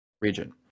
region